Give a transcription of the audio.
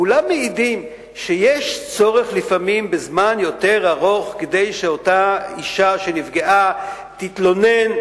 כולם מעידים שלפעמים יש צורך בזמן רב יותר כדי שאותה אשה שנפגעה תתלונן,